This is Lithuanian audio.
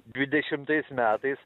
dvidešimtais metais